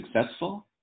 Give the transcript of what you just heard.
successful